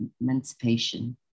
emancipation